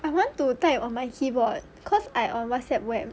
I want to type on my keyboard cause I on whatsapp web